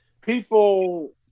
People